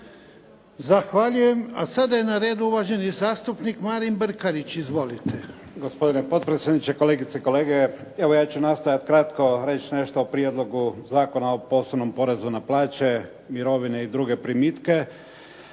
Zahvaljujem. A sada je na redu uvaženi zastupnik Marin Brkarić. Izvolite. **Brkarić, Marin (IDS)** Gospodine potpredsjedniče, kolegice i kolege. Evo ja ću nastojati reći kratko nešto o Prijedlogu Zakona o posebnom porezu na plaće, mirovine i druge primitke.